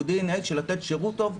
הוא DNA של לתת שירות טוב,